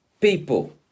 people